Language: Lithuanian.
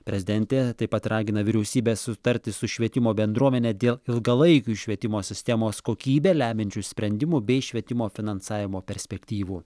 prezidentė taip pat ragina vyriausybę sutarti su švietimo bendruomene dėl ilgalaikių švietimo sistemos kokybę lemiančių sprendimų bei švietimo finansavimo perspektyvų